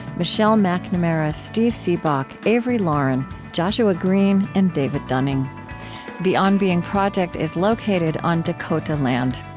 michelle macnamara, steve seabock, avery laurin, joshua greene, and david dunning the on being project is located on dakota land.